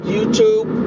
YouTube